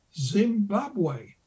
Zimbabwe